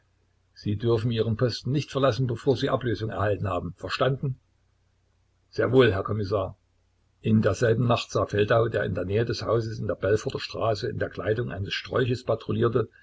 sie dürfen ihren posten nicht verlassen bevor sie ablösung erhalten haben verstanden sehr wohl herr kommissar in derselben nacht sah feldau der in der nähe des hauses in der belforter straße in der kleidung eines strolches patrouillierte